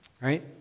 right